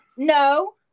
no